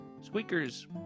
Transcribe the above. Squeakers